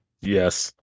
Yes